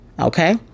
okay